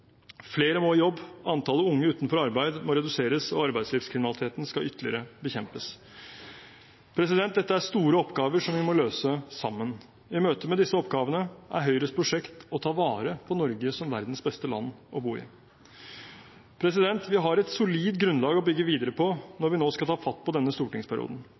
Flere må i jobb. Antallet unge utenfor arbeid må reduseres, og arbeidslivskriminaliteten skal ytterligere bekjempes. Dette er store oppgaver, som vi må løse sammen. I møte med disse oppgavene er Høyres prosjekt å ta vare på Norge som verdens beste land å bo i. Vi har et solid grunnlag å bygge videre på når vi nå skal ta fatt på denne stortingsperioden.